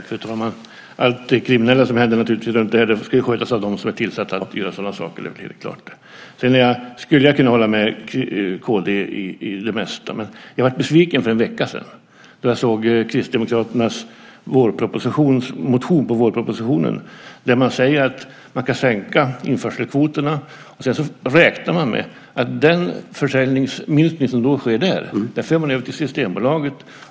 Fru talman! Allt kriminellt som händer ska skötas av dem som är tillsatta att sköta sådant. Jag skulle kunna hålla med kd om det mesta. Men jag blev besviken för en vecka sedan då jag såg Kristdemokraternas motion väckt med anledning av vårpropositionen. Man säger att man ska sänka införselkvoterna och att man räknar med att den minskning av försäljningen som kommer att ske där förs ut till Systembolaget.